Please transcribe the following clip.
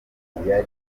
gikorwa